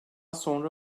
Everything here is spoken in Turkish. sonra